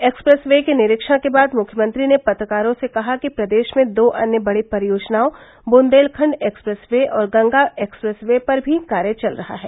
express way के निरीक्षण के बाद मुँख्यमंत्री ने पत्रकारों से कहा कि प्रदेश में दो अन्य बड़ी परियोजनाओं बंदेलखंड एक्सप्रेस वे और गंगा एक्सप्रेस वे पर भी कार्य चल रहा है